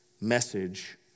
message